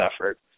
effort